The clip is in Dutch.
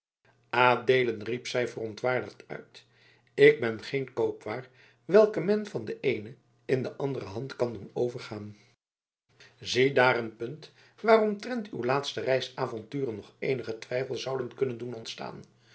adeelen riep zij verontwaardigd uit ik ben geen koopwaar welke men van de eene in de andere hand kan doen overgaan ziedaar een punt waaromtrent uw laatste reisavonturen nog eenigen twijfel zouden kunnen doen ontstaan